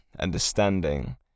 Understanding